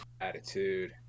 Attitude